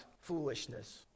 Foolishness